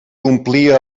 omplia